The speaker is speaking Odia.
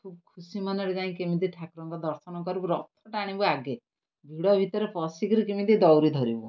ଖୁବ୍ ଖୁସି ମନରେ ଯାଇଁ କେମିତି ଠାକୁରଙ୍କ ଦର୍ଶନ କରିବୁ ରଥ ଟାଣିବୁ ଆଗେ ଭିଡ଼ ଭିତରେ ପଶିକିରି କେମିତି ଦୌଡ଼ି ଧରିବୁ